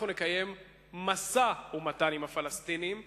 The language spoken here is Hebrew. אנחנו נקיים משא-ומתן עם הפלסטינים,